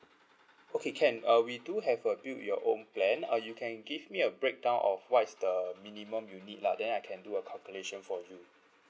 okay can uh we do have a build your own plan uh you can give me a break down of what is the minimum you need lah then I can do a calculation for you